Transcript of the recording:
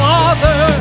Father